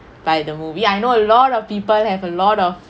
by the movie I know a lot of people have a lot of